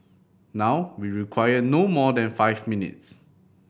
now we require no more than five minutes